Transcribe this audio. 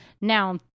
Now